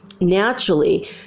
Naturally